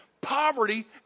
poverty